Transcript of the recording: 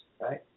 right